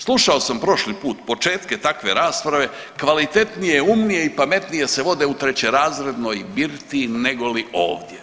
Slušao sam prošli put početke takve rasprave, kvalitetnije, umnije i pametnije se vode u trećerazrednoj birtiji nego li ovdje.